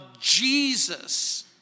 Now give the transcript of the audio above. Jesus